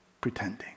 pretending